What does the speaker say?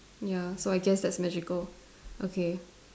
ya so I guess that's magical okay